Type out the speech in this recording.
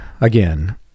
again